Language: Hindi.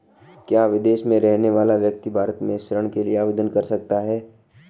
क्या विदेश में रहने वाला व्यक्ति भारत में ऋण के लिए आवेदन कर सकता है?